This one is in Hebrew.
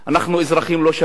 אנחנו אזרחים לא שווים,